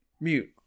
mute